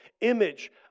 image